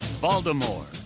Baltimore